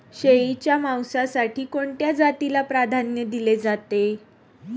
शेळीच्या मांसासाठी कोणत्या जातीला प्राधान्य दिले जाते?